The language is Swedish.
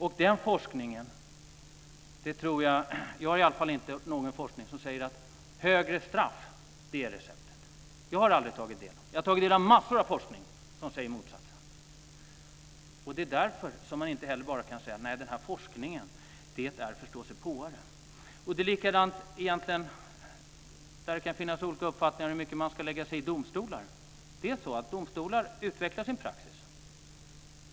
Jag har i varje fall inte tagit del av någon forskning som säger att högre straff är receptet. Jag har aldrig tagit del av sådan forskning. Jag har tagit del av massor av forskning som säger motsatsen. Det är därför som man inte kan säga: Nej, de som står för forskningen är förståsigpåare. Likadant kan det finnas olika uppfattningar om hur mycket man ska lägga sig i domstolarnas arbete. Det är så att domstolar utvecklar sin praxis.